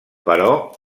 però